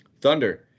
Thunder